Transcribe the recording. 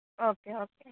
okay okay